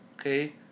okay